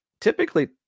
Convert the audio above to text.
typically